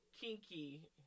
kinky